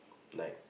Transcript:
like